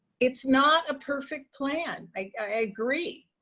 it's not a perfect plan, i agree.